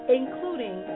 including